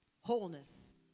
Wholeness